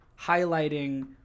highlighting